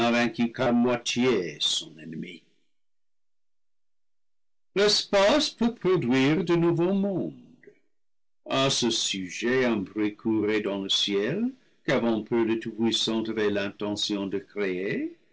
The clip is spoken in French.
son ennemi l'espace peut produire de nouveaux mondes à ce sujet un bruit courait dans le ciel qu'avant peu le tout-puissant avait l'intention de créer